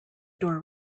door